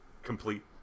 complete